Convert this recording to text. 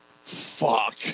fuck